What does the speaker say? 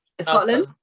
Scotland